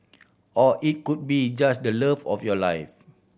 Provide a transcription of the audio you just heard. or it could be just the love of your life